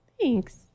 thanks